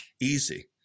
easy